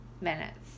minutes